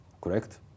Correct